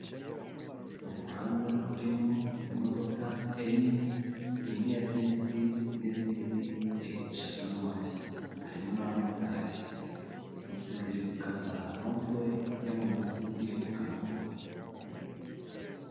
Umuhanda urimo imodoka enye, imwe ya bisi n'izindi eshatu ntoya, harimo n'abamotari ziri gukata rompuwe ijya mu mujyi iri mu kanogo.